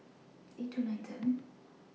eight two nine seven